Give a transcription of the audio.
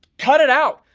cut it out.